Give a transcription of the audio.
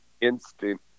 instant